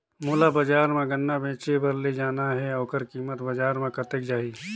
मोला बजार मां गन्ना बेचे बार ले जाना हे ओकर कीमत बजार मां कतेक जाही?